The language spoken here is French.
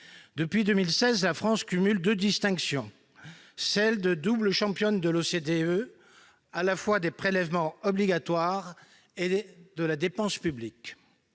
Depuis 2016, la France cumule deux distinctions : championne de l'OCDE, à la fois des prélèvements obligatoires et de la dépense publique.